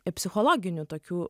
psichologinių tokių